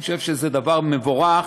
אני חושב שזה דבר מבורך.